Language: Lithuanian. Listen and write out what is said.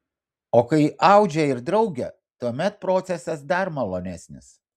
o kai audžia ir draugė tuomet procesas dar malonesnis